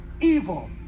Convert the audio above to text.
evil